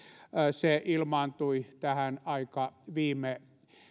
se ilmaantui tähän aika viime